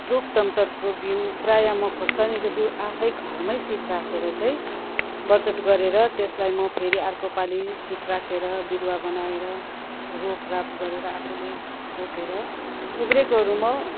रुख टमाटरको बिउ प्रायः म खोर्सानीको बिउ आफै घरमै सिड राखेर चाहिँ बचावट गरेर त्यसलाई म फेरि अर्को पालि सिड राखेर बिरुवा बनाएर रोपराप गरेर आफूले रोपेर उब्रेकोहरू म